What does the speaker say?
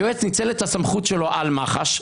היועץ ניצל את הסמכות שלו על מח"ש,